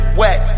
wet